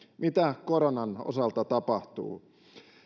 mitä koronan osalta tapahtuu